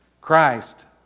Christ